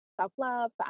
self-love